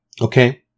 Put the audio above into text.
Okay